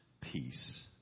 peace